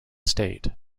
state